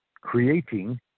creating